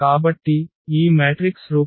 కాబట్టి ఈ మ్యాట్రిక్స్ రూపంలో ఉంచండి